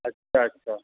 अछा अछा